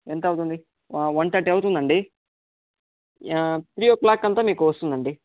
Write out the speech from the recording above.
ఎంత అవుతుంది ఆ వన్ తర్టి అవుతుందండి యా త్రీ ఓ క్లాక్ అంతా మీకు వస్తుందండి